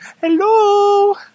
Hello